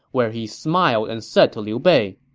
where he smiled and said to liu bei,